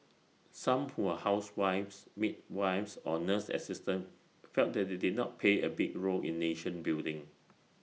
some who were housewives midwives or nurse assistants felt that they did not play A big role in nation building